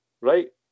right